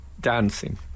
dancing